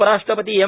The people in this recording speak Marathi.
उपराष्ट्रपती एम